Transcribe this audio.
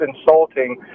insulting